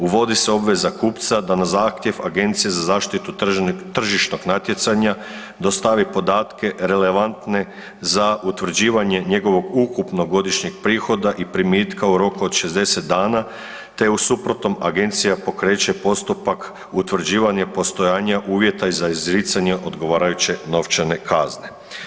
Uvodi se obveza kupca da na zahtjev Agencije za zaštitu tržišnog natjecanja dostavi podatke relevantne za utvrđivanje njegovog ukupnog godišnjeg prihoda i primitka u roku od 60 dana te u suprotnom agencija pokreće postupak utvrđivanja postojanja uvjeta za izricanje novčane kazne.